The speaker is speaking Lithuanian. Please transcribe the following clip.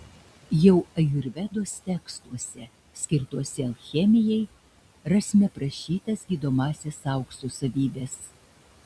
jau ajurvedos tekstuose skirtuose alchemijai rasime aprašytas gydomąsias aukso savybes